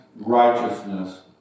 righteousness